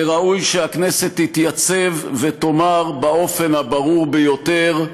וראוי שהכנסת תתייצב ותאמר באופן הברור ביותר: